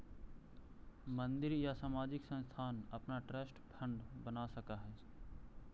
मंदिर या सामाजिक संस्थान अपना ट्रस्ट फंड बना सकऽ हई